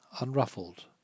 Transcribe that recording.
unruffled